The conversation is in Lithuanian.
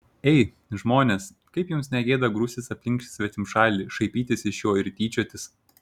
ei žmonės kaip jums ne gėda grūstis aplink svetimšalį šaipytis iš jo ir tyčiotis